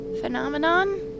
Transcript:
phenomenon